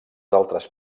altres